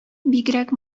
бигрәк